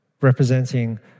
representing